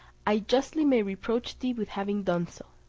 i justly may reproach thee with having done so.